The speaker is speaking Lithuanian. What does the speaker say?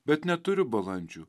bet neturiu balandžių